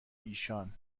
ایشان